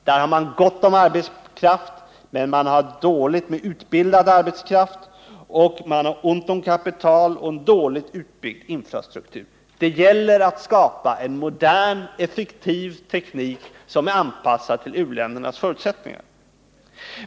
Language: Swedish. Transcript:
Där har man gott om arbetskraft men dåligt med utbildad arbetskraft, ont om kapital och dåligt utbyggd infrastruktur. Det gäller att skapa en modern, effektiv teknik som är anpassad till u-ländernas förutsättningar.